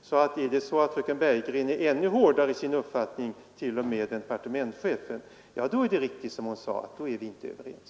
Är alltså fröken Bergegren ännu hårdare i sin uppfattning än t.o.m. departementschefen så är det riktigt, som hon sade, att vi inte är överens.